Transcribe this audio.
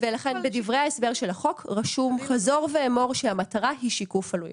ולכן בדברי ההסבר של החוק רשום חזור ואמור שהמטרה היא שיקוף עלויות.